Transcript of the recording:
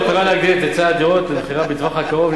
במטרה להגדיל את היצע הדירות למכירה בטווח הקרוב,